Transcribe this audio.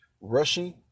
Rushing